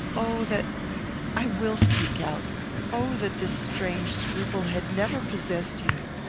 oh! that i will speak out oh that this strange scruple had never possessed you!